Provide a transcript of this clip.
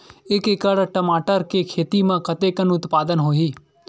एक एकड़ टमाटर के खेती म कतेकन उत्पादन होही?